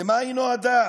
למה היא נועדה?